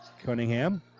Cunningham